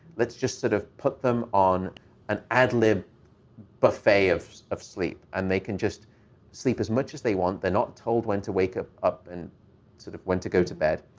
let's just sort of put them on an ad-lib buffet of of sleep. and they can just sleep as much as they want. they're not told when to wake up up and sort of when to go to bed.